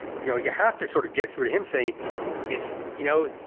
you know, you have to sort of get through to him saying it's, you know,